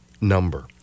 number